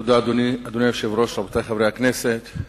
אדוני היושב-ראש, תודה, רבותי חברי הכנסת,